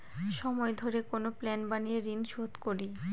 সময় ধরে কোনো প্ল্যান বানিয়ে ঋন শুধ করি